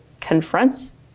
confronts